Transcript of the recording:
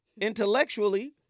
intellectually